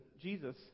Jesus